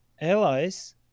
allies